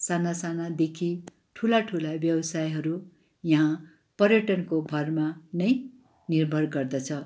साना सानादेखि ठुला ठुला व्यवसायहरू यहाँ पर्यटनको भरमा नै निर्भर गर्दछ